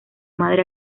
madre